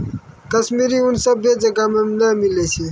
कश्मीरी ऊन सभ्भे जगह नै मिलै छै